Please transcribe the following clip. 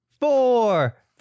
four